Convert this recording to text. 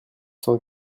cent